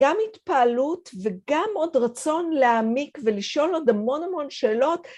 גם התפעלות וגם עוד רצון להעמיק ולשאול עוד המון המון שאלות